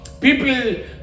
People